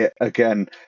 Again